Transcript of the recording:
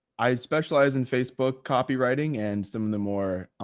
i specialize in facebook copywriting and some of the more